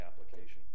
application